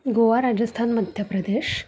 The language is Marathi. गोवा राजस्थान मध्य प्रदेश